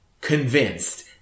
convinced